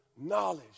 knowledge